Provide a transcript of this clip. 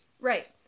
Right